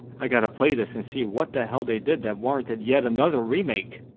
i gotta play this and see what the hell they did that warranted yet another remake.